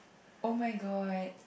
oh-my-god